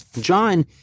John